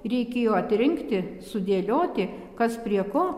reikėjo atrinkti sudėlioti kas prie ko